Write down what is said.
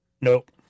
Nope